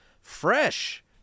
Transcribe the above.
fresh